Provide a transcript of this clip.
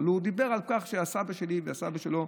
אבל הוא דיבר על כך שהסבא שלי והסבא שלו,